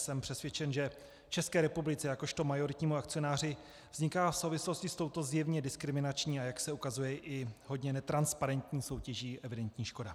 Jsem přesvědčen, že České republice jakožto majoritnímu akcionáři vzniká v souvislosti s touto zjevně diskriminační, a jak se ukazuje i hodně netransparentní soutěží evidentní škoda.